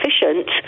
efficient